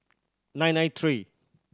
nine nine three